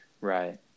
Right